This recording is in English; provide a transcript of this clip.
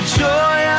joy